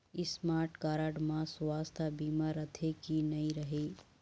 Smart card म सुवास्थ बीमा रथे की नई रहे?